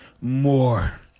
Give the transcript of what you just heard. More